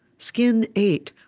skin ate,